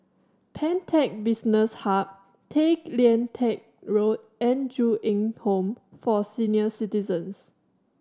Pantech Business Hub Tay Lian Teck Road and Ju Eng Home for Senior Citizens